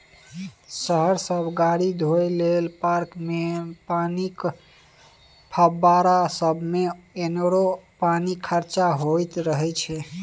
शहर सब गाड़ी धोए लेल, पार्कमे पानिक फब्बारा सबमे अनेरो पानि खरचा होइत रहय छै